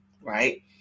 right